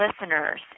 listeners